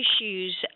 issues